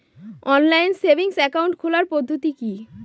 Online savings account খোলার পদ্ধতি কি?